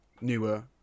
newer